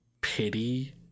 pity